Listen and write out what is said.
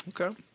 Okay